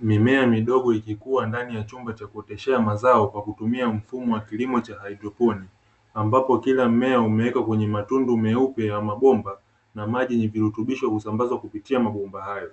Mimea midogo ikikua ndani ya chumba cha kuoteshea mazao kwa kutumia mfumo wa kilimo cha "haidroponi . Ambapo kila mmea umewekwa kwenye matundu meupe ya mabomba na maji yenye virutubisho kusambazwa kupitia mabomba hayo.